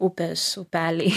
upės upeliai